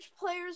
players